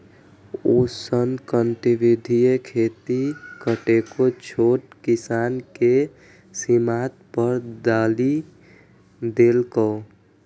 उष्णकटिबंधीय खेती कतेको छोट किसान कें सीमांत पर डालि देलकै